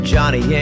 Johnny